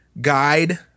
guide